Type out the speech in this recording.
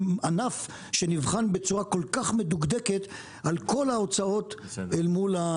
ענף שנבחן בצורה כל כך מדוקדקת על כל ההוצאות אל מול,